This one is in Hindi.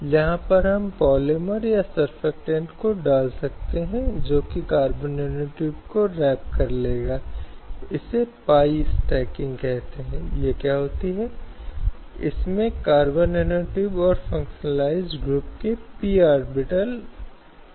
समान पारिश्रमिक अधिनियम की तरह राज्य नीति के निर्देश सिद्धांतों के अनुरूप जो यह सुनिश्चित करता है कि समान कार्य के लिए समान वेतन होना चाहिए दोनों पुरुषों और महिलाओं के लिए और उस संबंध में कोई अंतर नहीं हो सकता है